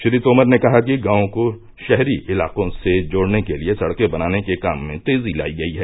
श्री तोमर ने कहा कि गांवों को शहरी इलाकों से जोड़ने के लिए सड़कें बनाने के काम में तेजी लाई गई है